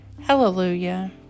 Hallelujah